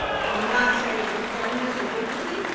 so i'm not saying it was animus or bigotry,